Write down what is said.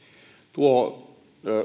tuo